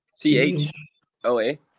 T-H-O-A